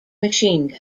machine